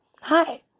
hi